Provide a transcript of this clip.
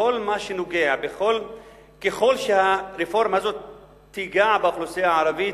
ככל שהרפורמה הזאת תיגע באוכלוסייה הערבית,